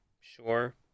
Sure